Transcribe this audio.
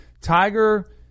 Tiger